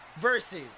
versus